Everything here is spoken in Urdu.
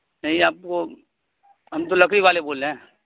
نہیں آپ کو ہم تو لکڑی والے بول رہے ہیں